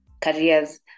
careers